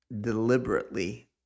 deliberately